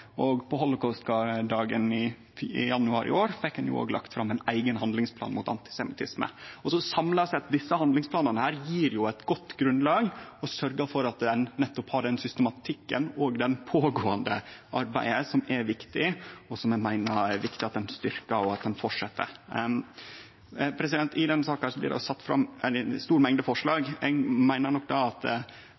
På Holocaustdagen i januar i år fekk ein òg lagt fram ein eigen handlingsplan mot antisemittisme. Samla sett gjev desse handlingsplanane eit godt grunnlag for å sørgje for at ein nettopp har den systematikken og det pågåande arbeidet som er viktig, og som eg meiner det er viktig at ein styrkjer, og at ein fortset med. I denne saka blir det sett fram ei stor mengde forslag. Eg meiner nok at det